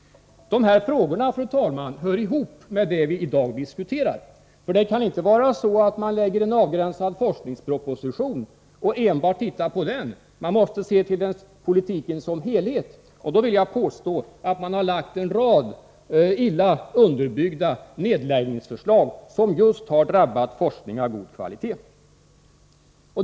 De här frågorna, fru talman, hör ihop med det som vi i dag diskuterar. Det kan inte vara så att man lägger fram en avgränsad forskningsproposition och enbart ser på den. Vi måste se till politiken som helhet — och då vill jag påstå att man har lagt fram en rad illa underbyggda nedläggningsförslag, som just har drabbat forskning av god kvalitet.